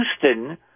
Houston